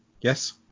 yes